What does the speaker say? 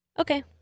Okay